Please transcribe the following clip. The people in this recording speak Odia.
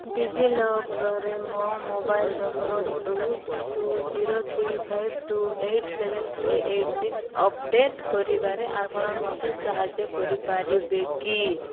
ଡିଜିଲକରରେ ମୋ ମୋବାଇଲ୍ ନମ୍ବରକୁ two zero three five two eight seven three eight ସିକ୍ସିକୁ ଅପଡ଼େଟ୍ କରିବାରେ ଆପଣ ମୋତେ ସାହାଯ୍ୟ କରିପାରିବେ କି